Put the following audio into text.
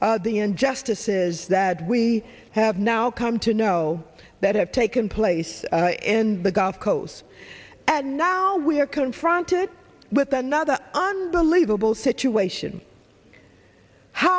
the injustices that we have now come to know that have taken place in the gulf coast and now we are confronted with another unbelievable situation how